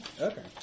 Okay